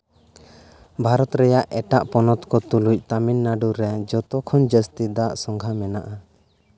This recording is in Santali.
ᱵᱷᱟᱨᱚᱛ ᱨᱮᱭᱟᱜ ᱮᱴᱟᱜ ᱯᱚᱱᱚᱛ ᱠᱚ ᱛᱩᱞᱩᱡ ᱛᱟᱹᱢᱤᱞᱱᱟᱹᱰᱩ ᱨᱮ ᱡᱷᱚᱛᱚ ᱠᱷᱚᱱᱟᱜ ᱡᱟᱹᱥᱛᱤ ᱫᱟᱜ ᱥᱚᱝᱜᱷᱟ ᱢᱮᱱᱟᱜᱼᱟ